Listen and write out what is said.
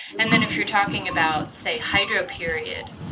and then if you're talking about say hydroperiod,